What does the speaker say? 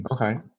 Okay